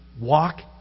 walk